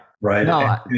Right